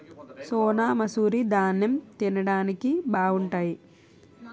సోనామసూరి దాన్నెం తిండానికి బావుంటాయి